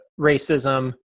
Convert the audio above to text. racism